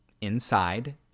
inside